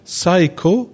psycho